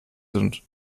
sind